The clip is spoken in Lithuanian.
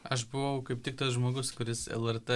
aš buvau kaip tik tas žmogus kuris lrt